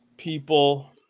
people